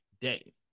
day